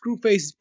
Screwface